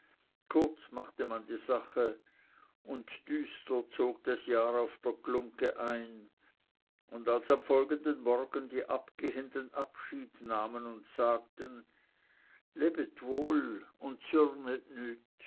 kurz machte man die sache und düster zog das jahr auf der glungge ein und als am folgenden morgen die abgehenden abschied nahmen und sagten lebet wohl